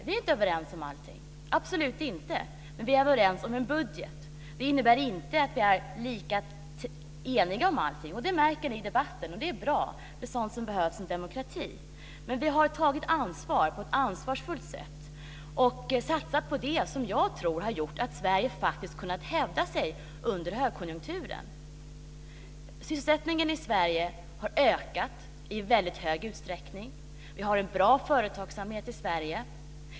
Vi är inte överens om allting, absolut inte. Men vi är överens om en budget. Det innebär inte att vi är eniga om allting, det märks i debatten och det är bra. Det är sådant som behövs i en demokrati. Men vi har tagit ansvar och satsat på det som jag tror har gjort att Sverige har kunnat hävda sig under högkonjunkturen. Sysselsättningen i Sverige har ökat i väldigt stor utsträckning. Det finns en bra företagsamhet i Sverige.